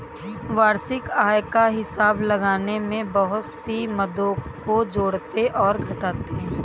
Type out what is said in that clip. वार्षिक आय का हिसाब लगाने में बहुत सी मदों को जोड़ते और घटाते है